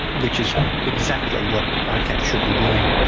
which is exactly what icac should be doing.